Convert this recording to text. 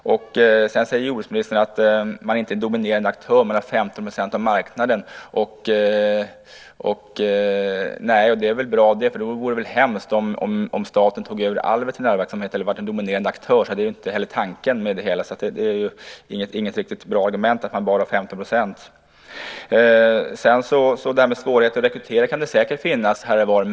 Sedan säger jordbruksministern att man inte är en dominerade aktör, man har 15 % av marknaden. Nej, det är väl bra. Det vore väl hemskt om staten tog över all veterinärverksamhet eller vore en dominerande aktör. Det är inte heller tanken med det hela. Det är inget riktigt bra argument att man bara har 15 %. Det kan säkert finnas svårigheter att rekrytera här och var.